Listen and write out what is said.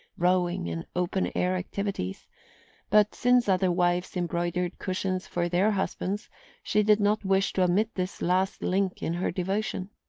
rowing and open-air activities but since other wives embroidered cushions for their husbands she did not wish to omit this last link in her devotion.